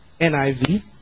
NIV